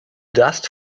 dust